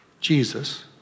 Jesus